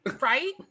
right